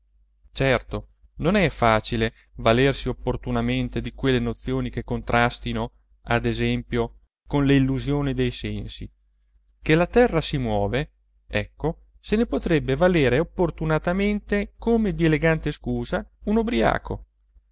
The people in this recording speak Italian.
certo non è facile valersi opportunamente di quelle nozioni che contrastino ad esempio con le illusioni dei sensi che la terra si muove ecco se ne potrebbe valere opportunamente come di elegante scusa un ubriaco